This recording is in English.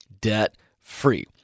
debt-free